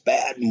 Bad